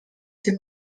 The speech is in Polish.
się